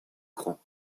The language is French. grand